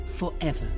forever